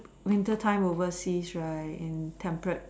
winter time overseas right in temperate